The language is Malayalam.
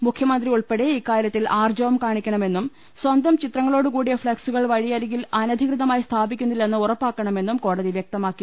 മുഖ്യമന്ത്രി ഉൾപ്പെടെ ഇക്കാര്യത്തിൽ ആർജവം കാണിക്കണമെന്നും സ്വന്തം ചിത്രങ്ങളോട് കൂടിയ ഫ്ളക്സുകൾ വഴിയരികിൽ അനധികൃതമായി സ്ഥാപിക്കുന്നില്ലെന്ന് ഉറപ്പാക്കണമെന്നും കോടതി വൃക്തമാക്കി